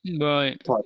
Right